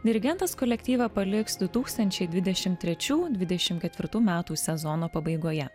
dirigentas kolektyvą paliks du tūkstančiai dvidešim trečių dvidešim ketvirtų metų sezono pabaigoje